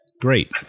Great